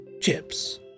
chips